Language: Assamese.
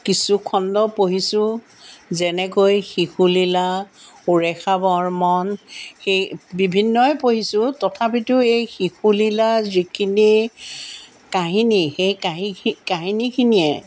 কিছু খণ্ড পঢ়িছোঁ যেনেকৈ শিশুলীলা উৰেষা বৰ্মন এই বিভিন্নই পঢ়িছোঁ তথাপিটো এই শিশুলীলা যিখিনি কাহিনী সেই কাহি কাহিনীখিনিয়ে